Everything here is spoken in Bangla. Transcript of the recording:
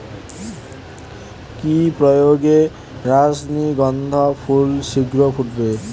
কি প্রয়োগে রজনীগন্ধা ফুল শিঘ্র ফুটবে?